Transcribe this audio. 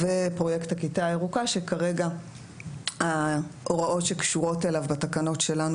ופרויקט הכיתה הירוקה שכרגע ההוראות שקשורות אליו בתקנות שלנו,